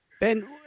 Ben